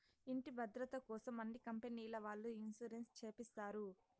ఇంటి భద్రతకోసం అన్ని కంపెనీల వాళ్ళు ఇన్సూరెన్స్ చేపిస్తారు